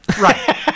Right